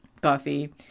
Buffy